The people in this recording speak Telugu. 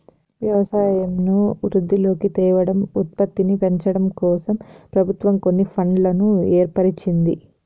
వ్యవసాయంను వృద్ధిలోకి తేవడం, ఉత్పత్తిని పెంచడంకోసం ప్రభుత్వం కొన్ని ఫండ్లను ఏర్పరిచింది